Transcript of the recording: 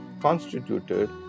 constituted